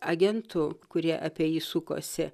agentų kurie apie jį sukosi